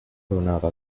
donada